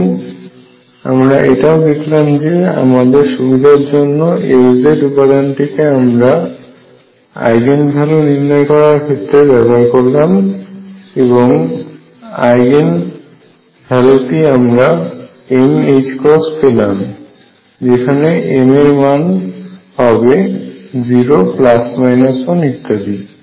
এবং আমরা এটাও দেখলাম যে আমাদের সুবিধার জন্য Lz উপাদানটিকে আমরা আইগেন ভ্যালু নির্ণয় করার ক্ষেত্রে ব্যবহার করলাম এবং আইগেন ভ্যালু টি আমরা m পেলাম m এর মান হবে 0 1 ইত্যাদি